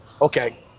Okay